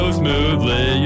smoothly